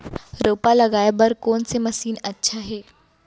रोपा लगाय बर कोन से मशीन अच्छा हे?